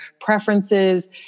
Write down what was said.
preferences